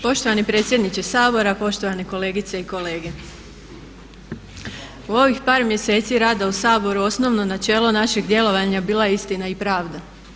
Poštovani predsjedniče Sabora, poštovane kolegice i kolege u ovih par mjeseci rada u Saboru osnovno načelo našeg djelovanja bila je istina i pravda.